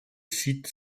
site